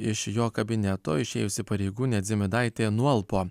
iš jo kabineto išėjusi pareigūnė dzimidaitė nualpo